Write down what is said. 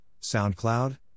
SoundCloud